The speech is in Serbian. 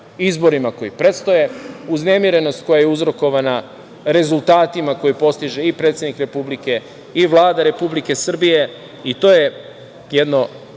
izborima koji predstoje, uznemirenost koja je uzrokovana rezultatima koje postiže i predsednik Republike i Vlada Republike Srbije i to je jedno